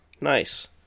nice